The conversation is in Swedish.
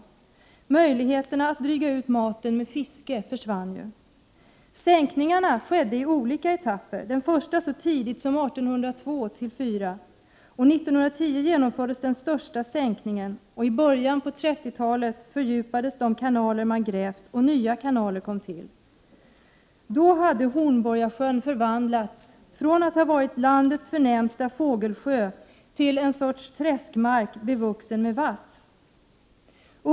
Möjligheterna att dryga ut maten med fiske försvann ju. Sänkningarna skedde i olika etapper — den första så tidigt som 1802-1804. År 1910 genomfördes den största sänkningen. I början av 30-talet fördjupades de kanaler som man tidigare grävt, och nya kanaler kom till. Från att ha varit landets förnämsta fågelsjö hade Hornborgasjön förvandlats till en sorts träskmark, bevuxen med vass.